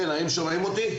כן, האם שומעים אותי?